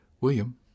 William